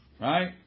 right